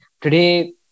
Today